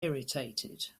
irritated